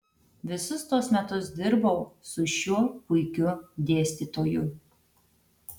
visus tuos metus dirbau su šiuo puikiu dėstytoju